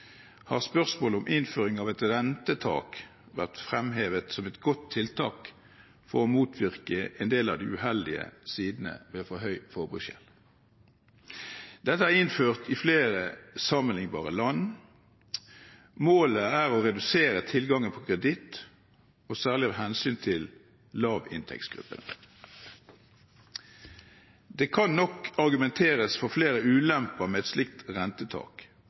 har spørsmålet om innføring av et rentetak vært fremhevet som et godt tiltak for å motvirke en del av de uheldige sidene ved for høy forbruksgjeld. Dette er innført i flere sammenlignbare land. Målet er å redusere tilgangen på kreditt og særlig av hensyn til lavinntektsgruppene. Det kan nok argumenteres for flere ulemper ved et slikt rentetak,